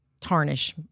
tarnish